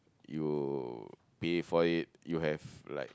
you pay for it you have like